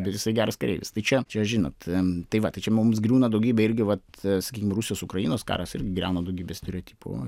bet jisai geras kareivis tai čia čia žinot tai va tai čia mums griūna daugybė irgi vat sakykim rusijos ukrainos karas irgi griauna daugybę stereotipų